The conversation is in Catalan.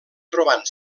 trobant